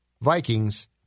Vikings